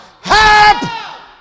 Help